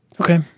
Okay